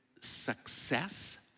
success